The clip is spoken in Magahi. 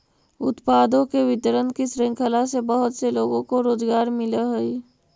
उत्पादों के वितरण की श्रृंखला से बहुत से लोगों को रोजगार मिलअ हई